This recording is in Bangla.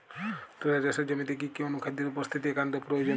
তুলা চাষের জমিতে কি কি অনুখাদ্যের উপস্থিতি একান্ত প্রয়োজনীয়?